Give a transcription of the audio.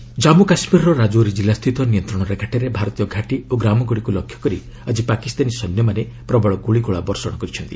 Pak firing Jammu କାଶ୍କୀରର ରାଜୌରୀ ଜିଲ୍ଲା ସ୍ଥିତ ନିୟନ୍ତ୍ରଣ ରେଖାଠାରେ ଭାରତୀୟ ଘାଟି ଓ ଗ୍ରାମଗୁଡ଼ିକୁ ଲକ୍ଷ୍ୟ କରି ଆଜି ପାକିସ୍ତାନୀ ସୈନ୍ୟମାନେ ପ୍ରବଳ ଗୁଳିଗୋଳା ବର୍ଷଣ କରିଛନ୍ତି